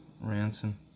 Ransom